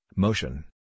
Motion